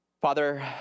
Father